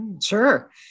Sure